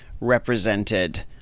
represented